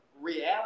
reality